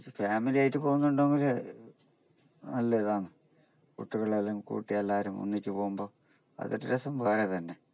ഒന്നിച്ച് ഫാമിലിയായിട്ട് പോകുന്നുണ്ടെങ്കില് നല്ല ഇതാണ് കുട്ടികളെല്ലാം കൂട്ടി എല്ലാവരും ഒന്നിച്ചു പോകുമ്പോൾ അതൊരു രസം വേറെ തന്നെ